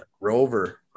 Rover